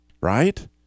right